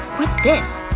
what's this?